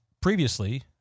previously